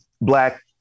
black